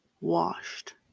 washed